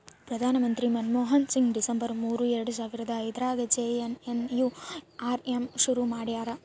ಪ್ರಧಾನ ಮಂತ್ರಿ ಮನ್ಮೋಹನ್ ಸಿಂಗ್ ಡಿಸೆಂಬರ್ ಮೂರು ಎರಡು ಸಾವರ ಐದ್ರಗಾ ಜೆ.ಎನ್.ಎನ್.ಯು.ಆರ್.ಎಮ್ ಶುರು ಮಾಡ್ಯರ